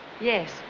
Yes